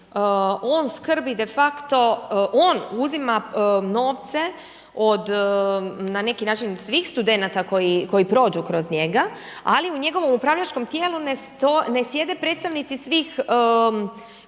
on skrbi de facto, on uzima novce od na neki način svih studenata koji prođu kroz njega ali u njegovom upravljačkom tijelu ne sjede predstavnici svih,